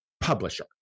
publisher